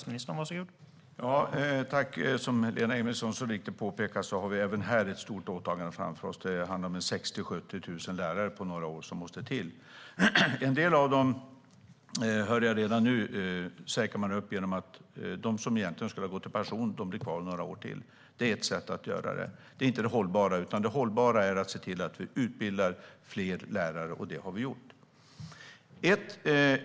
Herr talman! Som Lena Emilsson mycket riktigt påpekar har vi även här ett stort åtagande framför oss. Det handlar om att 60 000-70 000 lärare måste till på några år. En del av dem säkrar man upp genom att de som egentligen skulle ha gått i pension blir kvar några år till. Det är ett sätt att göra det. Men det är inte det hållbara sättet. Det hållbara är att se till att vi utbildar fler lärare. Det har vi gjort.